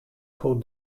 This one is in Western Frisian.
hoe